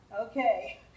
Okay